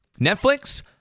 Netflix